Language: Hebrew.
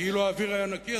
כי אילו האוויר היה נקי,